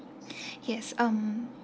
yes um